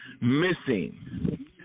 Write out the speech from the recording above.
Missing